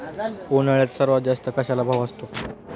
उन्हाळ्यात सर्वात जास्त कशाला भाव असतो?